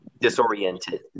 disoriented